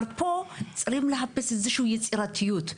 אבל פה צריכים לחפש איזושהי יצירתיות.